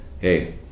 hey